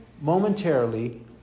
momentarily